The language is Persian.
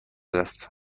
است